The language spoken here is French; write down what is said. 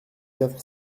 quatre